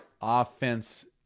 Offense